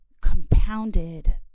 compounded